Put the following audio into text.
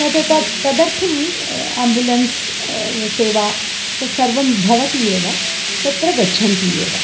तद् त तदर्थम् आम्बुलेन्स्सेवा तत् सर्वं भवति एव तत्र गच्छन्ति एव